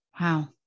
Wow